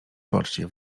poczcie